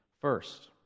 first